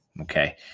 Okay